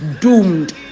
doomed